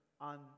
on